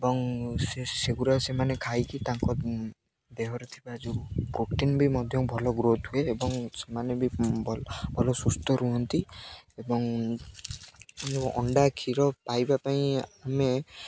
ଏବଂ ସେ ସେଗୁଡ଼ା ସେମାନେ ଖାଇକି ତାଙ୍କ ଦେହରେ ଥିବା ଯେଉଁ ପ୍ରୋଟିନ୍ ବି ମଧ୍ୟ ଭଲ ଗ୍ରୋଥ୍ ହୁଏ ଏବଂ ସେମାନେ ବି ଭଲ ସୁସ୍ଥ ରୁହନ୍ତି ଏବଂ ଅଣ୍ଡା କ୍ଷୀର ପାଇବା ପାଇଁ ଆମେ